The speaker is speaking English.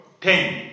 ten